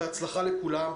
בהצלחה לכולם,